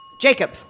Jacob